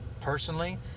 personally